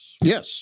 yes